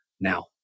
now